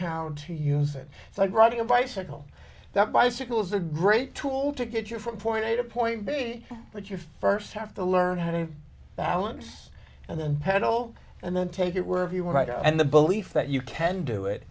how to use it it's like riding a bicycle that bicycles a great tool to get your from point a to point b but you first have to learn how to balance and then pedal and then take it were if you were right and the belief that you can do it